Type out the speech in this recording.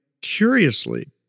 curiously